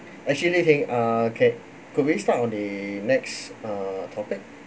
actually li ting uh ca~ could we start on the next uh topic